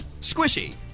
Squishy